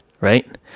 right